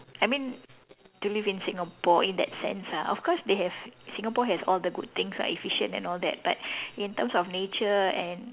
I mean to live in Singapore in that sense ah of course they have Singapore has all the good things ah efficient and all that but in terms of nature and